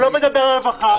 לא מדברת על רווחה.